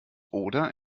oder